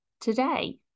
today